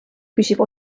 küsib